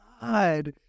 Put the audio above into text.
God